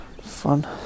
fun